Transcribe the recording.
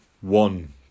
one